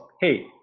hey